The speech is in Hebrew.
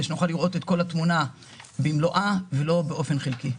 שנוכל לראות את כל התמונה במלואה ולא באופן חלקי.